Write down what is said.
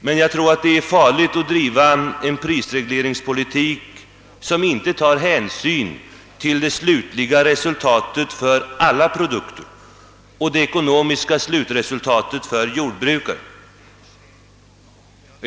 Men jag tror att det är farligt att driva en prisregleringspolitik, som inte tar hänsyn till det slutliga resultatet för alla produkter och till det ekonomiska slutresultatet för jordbrukaren.